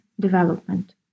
development